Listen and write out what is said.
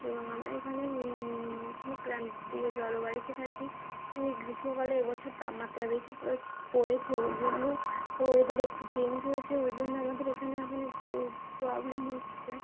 এবং আমরা এখানে মৌসুমি ক্রান্তিয় জলবায়ুতে থাকি এই গ্রীষ্মকালে এ বছর তাপমাত্রা বেশি পড়েছে পড়েছেও ঐজন্য ওয়েদার একটু চেঞ্জ হয়েছে ঐজন্য আমাদের এখানে এখন একটু প্রবলেম হচ্ছে